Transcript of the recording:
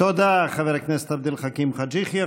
תודה חבר הכנסת עבד אל חכים חאג' יחיא.